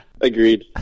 Agreed